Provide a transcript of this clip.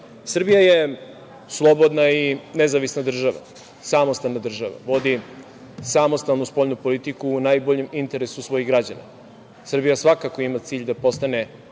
Srbija je slobodna i nezavisna država, samostalna država, vodi samostalnu spoljnu politiku u najboljem interesu svojih građana. Srbija svakako ima cilj da postane